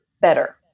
Better